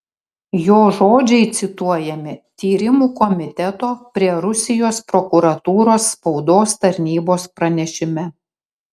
jo žodžiai cituojami tyrimų komiteto prie rusijos prokuratūros spaudos tarnybos pranešime